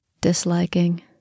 disliking